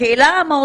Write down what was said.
השאלה היא